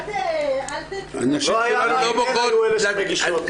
הנשים שלנו לא מוחות.